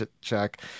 check